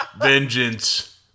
vengeance